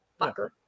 fucker